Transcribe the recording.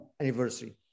anniversary